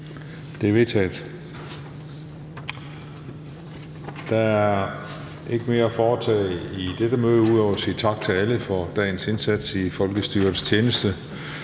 Juhl): Der er ikke mere at foretage i dette møde – ud over at sige tak til alle for dagens indsats i folkestyrets tjeneste.